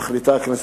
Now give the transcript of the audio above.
מחליטה הכנסת,